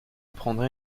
prendrai